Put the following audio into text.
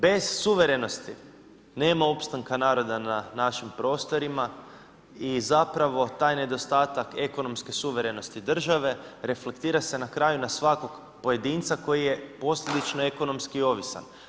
Bez suverenosti nema opstanka naroda na našim prostorima i zapravo taj nedostatak ekonomske suverenosti države reflektira se na kraju na svakog pojedinca koji je posljedično ekonomski ovisan.